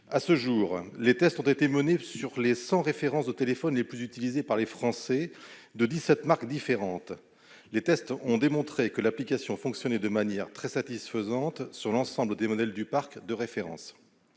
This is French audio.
À ce jour, les tests ont été menés sur les 100 références de téléphone les plus utilisées par les Français, de 17 marques différentes. Les tests ont démontré que l'application fonctionnait de manière très satisfaisante sur l'ensemble des modèles du parc de référence.